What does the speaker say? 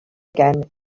again